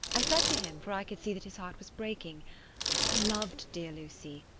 i said to him, for i could see that his heart was breaking i loved dear lucy,